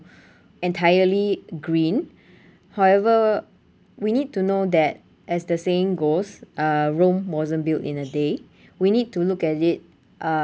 entirely green however we need to know that as the saying goes uh rome wasn't built in a day we need to look at it uh